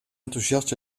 enthousiast